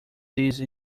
these